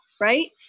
right